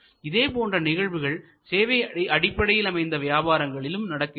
இதே போன்ற நிகழ்வுகள் சேவை அடிப்படையில் அமைந்த வியாபாரங்களிலும் நடக்கின்றன